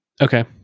okay